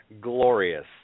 glorious